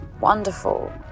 wonderful